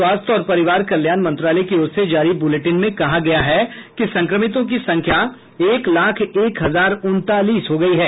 स्वास्थ्य और परिवार कल्याण मंत्रालय की ओर से जारी बुलेटिन में कहा गया है कि संक्रमितों की संख्या एक लाख एक हजार उनतालीस हो गयी है